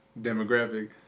demographic